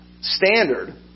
standard